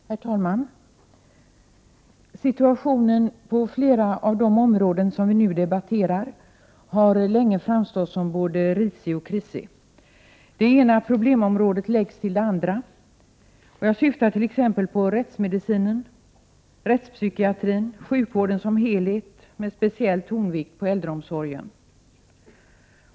Herr talman! Situationen på flera av de områden som vi nu debatterar har länge framstått som både risig och krisig. Det ena problemområdet läggs till det andra. Jag syftar t.ex. på rättsmedicinen, rättspsykiatrin och sjukvården | som helhet med speciell tonvikt på äldreomsorgen.